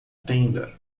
tenda